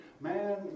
Man